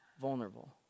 Vulnerable